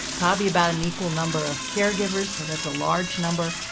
probably about an equal number of caregivers, so that's a large number.